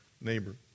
neighbor